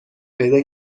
پیدا